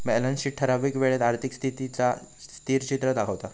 balance sheet ठरावीक वेळेत आर्थिक स्थितीचा स्थिरचित्र दाखवता